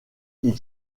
ils